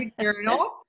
journal